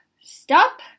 stop